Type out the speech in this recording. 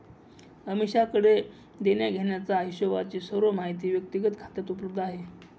अमीषाकडे देण्याघेण्याचा हिशोबची सर्व माहिती व्यक्तिगत खात्यात उपलब्ध आहे